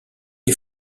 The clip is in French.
est